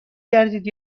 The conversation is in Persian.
گردید